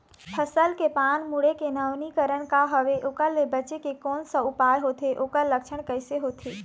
फसल के पान मुड़े के नवीनीकरण का हवे ओकर ले बचे के कोन सा उपाय होथे ओकर लक्षण कैसे होथे?